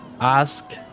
ask